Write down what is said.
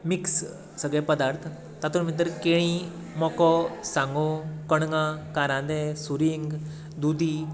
Meeks सगळे पदार्थ तातूंत भितर केळीं मको सांगो कणगां कारांदे सुरिंग दुदी